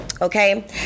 okay